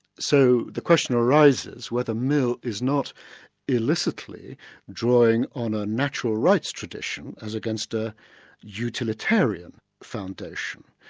so the question arises whether mill is not illicitly drawing on a natural rights tradition, as against a utilitarian foundation.